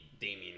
Damian